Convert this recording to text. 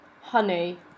honey